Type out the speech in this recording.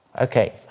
Okay